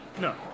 No